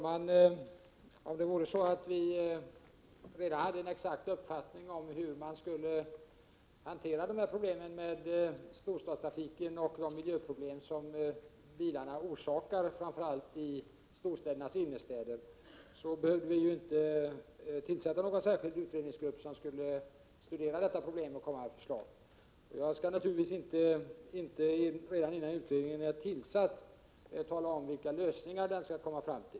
Herr talman! Om vi redan hade en exakt uppfattning om hur man skall hantera storstadstrafiken och de miljöproblem som bilarna orsakar, framför allt i storstadsregionernas inre delar, skulle vi inte behöva tillsätta någon särskild utredningsgrupp med uppgift att studera dessa problem och komma med förslag. Innan utredningen är tillsatt skall jag naturligtvis inte tala om vilka lösningar den skall komma fram till.